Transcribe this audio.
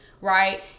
Right